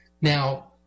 Now